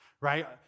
right